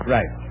Right